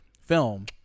film